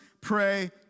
pray